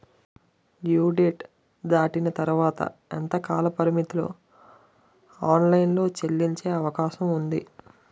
Due date దాటిన తర్వాత ఎంత కాలపరిమితిలో ఆన్ లైన్ లో చెల్లించే అవకాశం వుంది?